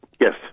Yes